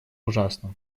ужасно